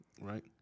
Right